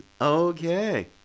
Okay